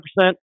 100%